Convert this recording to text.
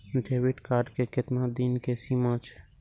Debit card के केतना दिन के सीमा छै?